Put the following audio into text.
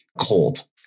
cold